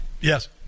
Yes